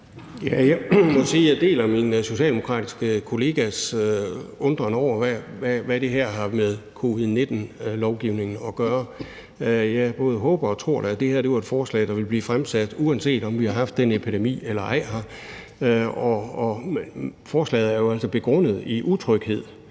jeg deler min socialdemokratiske kollegas undren over, hvad det her har med covid-19-lovgivningen at gøre. Jeg både håber og tror da, at det her er et forslag, der ville blive fremsat, uanset om vi havde haft den her epidemi eller ej. Forslaget er altså begrundet i utryghed;